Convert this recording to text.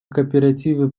кооперативы